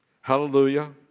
hallelujah